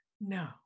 No